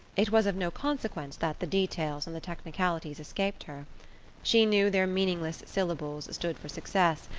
it was of no consequence that the details and the technicalities escaped her she knew their meaningless syllables stood for success,